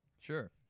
Sure